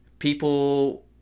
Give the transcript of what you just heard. People